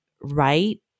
right